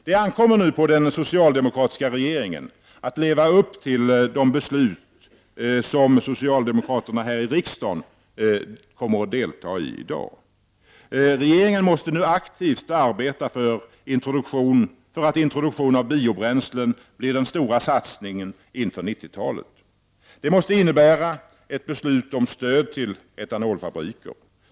Det ankommer nu på den socialdemokratiska regeringen att leva upp till de beslut som socialdemokraterna här i riksdagen i dag kommer att delta i. Regeringen måste nu aktivt arbeta för att introduktionen av biobränslen blir den stora satsningen inför 90-talet. Det måste innebära ett beslut om stöd till etanolfabriker.